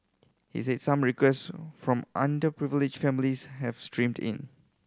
he said some request from underprivileged families have streamed in